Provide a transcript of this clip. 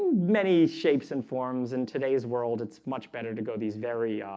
many shapes and forms in today's world. it's much better to go these very